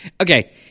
Okay